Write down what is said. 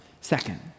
Second